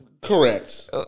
Correct